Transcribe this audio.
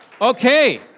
okay